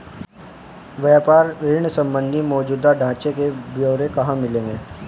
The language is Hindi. व्यापार ऋण संबंधी मौजूदा ढांचे के ब्यौरे कहाँ मिलेंगे?